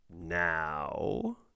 now